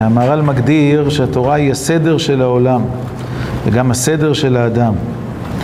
המערל מגדיר שהתורה היא הסדר של העולם, וגם הסדר של האדם.